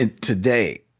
today